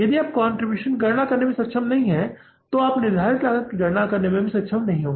यदि आप कंट्रीब्यूशन की गणना करने में सक्षम नहीं हैं तो आप निर्धारित लागत की गणना करने में सक्षम नहीं हैं